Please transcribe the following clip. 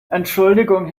entschuldigung